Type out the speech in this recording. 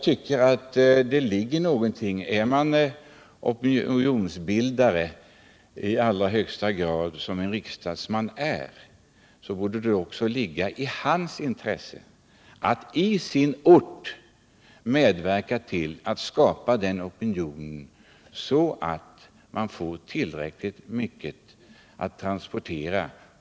För den opinionsbildare som en riksdagsman är borde det vara ett intresse att i sin ort medverka till att SJ får tillräckligt mycket att transportera.